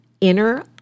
inner